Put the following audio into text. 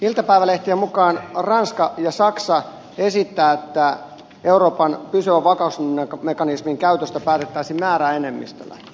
iltapäivälehtien mukaan ranska ja saksa esittävät että euroopan pysyvän vakausmekanismin käytöstä päätettäisiin määräenemmistöllä